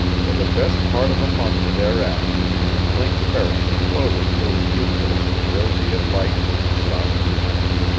for the best part of a month thereafter link ferris floated through a universe of roseate lights and soft music.